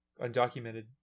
undocumented